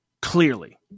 clearly